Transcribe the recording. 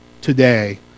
today